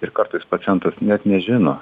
ir kartais pacientas net nežino